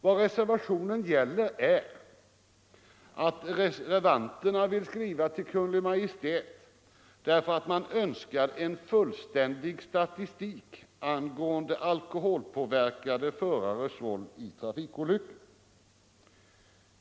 Vad reservationen gäller är att reservanterna vill skriva till Kungl. Maj:t därför att de önskar en fullständig statistik angående alkoholpåverkade förares roll vid trafikolyckor.